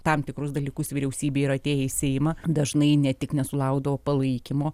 tam tikrus dalykus vyriausybėj ir atėję į seimą dažnai ne tik nesulaukdavo palaikymo